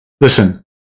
Listen